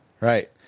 Right